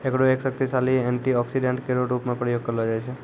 एकरो एक शक्तिशाली एंटीऑक्सीडेंट केरो रूप म प्रयोग करलो जाय छै